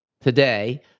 today